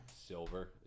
silver